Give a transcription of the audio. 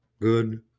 good